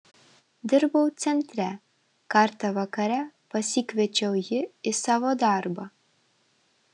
dirbau centre kartą vakare pasikviečiau jį į savo darbą